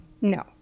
No